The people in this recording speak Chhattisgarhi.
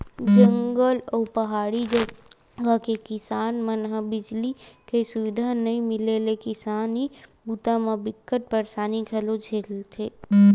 जंगल अउ पहाड़ी जघा के किसान मन ल बिजली के सुबिधा नइ मिले ले किसानी बूता म बिकट परसानी घलोक झेलथे